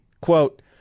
quote